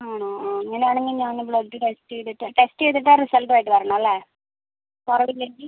ആണോ ആ അങ്ങന ആണെങ്കിൽ ഞാൻ ഒന്ന് ബ്ലഡ് ടെസ്റ്റ് ചെയ്തിട്ട് ടെസ്റ്റ് ചെയ്തിട്ട് ആ റിസൾട്ടും ആയിട്ട് വരണം അല്ലേ കുറവില്ലെങ്കിൽ